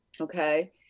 okay